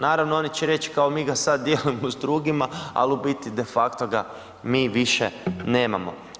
Naravno oni će reći kao mi ga sad dijelimo s drugima, ali u biti de facto ga mi više nemamo.